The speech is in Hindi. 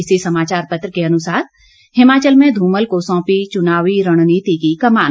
इसी समाचार पत्र के अनुसार हिमाचल में धूमल को सौंपी चुनावी रणनीति की कमान